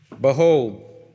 Behold